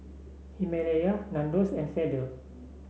Himalaya Nandos and Feather